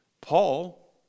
Paul